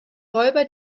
räuber